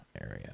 area